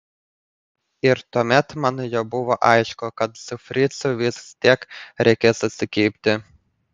ir tuomet man jau buvo aišku kad su fricu vis tiek reikės susikibti